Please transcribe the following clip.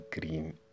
green